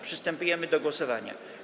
Przystępujemy do głosowania.